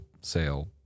sale